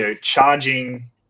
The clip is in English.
charging